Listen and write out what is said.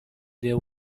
there